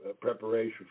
preparation